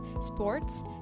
sports